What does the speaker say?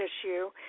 issue